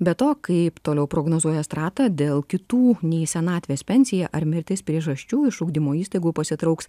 be to kaip toliau prognozuoja strata dėl kitų nei senatvės pensija ar mirties priežasčių iš ugdymo įstaigų pasitrauks